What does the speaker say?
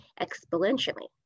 exponentially